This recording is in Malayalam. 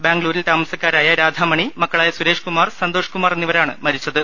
ബാംഗ്ലൂരിൽ താമസക്കാരായ രാധാമണി മക്കളായ സുരേഷ്കുമാർ സന്തോഷ്കുമാർ എന്നിവരാണ് മരിച്ചത്